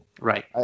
Right